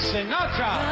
Sinatra